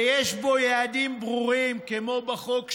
ויש בו יעדים ברורים, כמו בחוק שלנו.